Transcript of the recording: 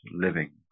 living